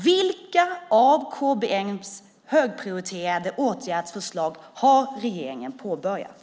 Vilka av KBM:s högprioriterade åtgärdsförslag har regeringen påbörjat?